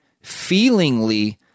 feelingly